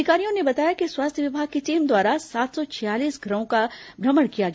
अधिकारियों ने बताया कि स्वास्थ्य विभाग की टीम द्वारा सात सौ छयालीस घरों का भ्रमण किया गया